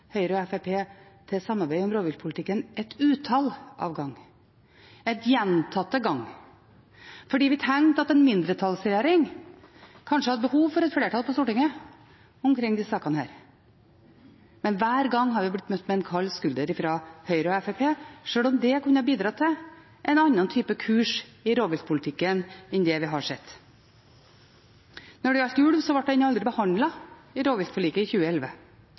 Høyre og Fremskrittspartiet til samarbeid om rovviltpolitikken et utall av ganger, gjentatte ganger, fordi vi tenkte at en mindretallsregjering kanskje hadde behov for et flertall på Stortinget i disse sakene. Men hver gang har vi blitt møtt med en kald skulder fra Høyre og Fremskrittspartiet, sjøl om det kunne bidratt til en annen type kurs i rovviltpolitikken enn det vi har sett. Når det gjelder ulv, ble det spørsmålet aldri behandlet i rovviltforliket i 2011.